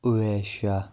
Owais Shah